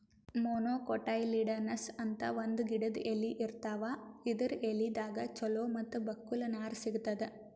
monocotyledonous ಅಂತ್ ಒಂದ್ ಗಿಡದ್ ಎಲಿ ಇರ್ತಾವ ಇದರ್ ಎಲಿದಾಗ್ ಚಲೋ ಮತ್ತ್ ಬಕ್ಕುಲ್ ನಾರ್ ಸಿಗ್ತದ್